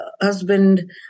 husband